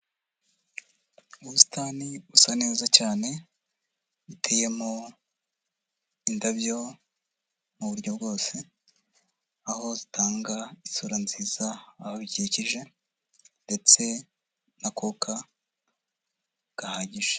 Ubusitani busa neza cyane, butemo indabyo mu buryo bwose, aho zitanga isura nziza aho bikikije, ndetse n'akuka gahagije.